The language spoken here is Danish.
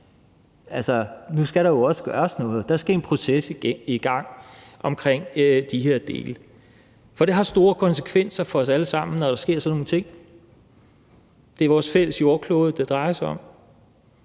nu skal der jo også gøres noget; der skal en proces i gang omkring de her dele. For det har store konsekvenser for os alle sammen, når der sker sådan nogle ting. Det er vores fælles jordklode, det drejer sig om,